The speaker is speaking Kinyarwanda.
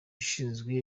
ushinzwe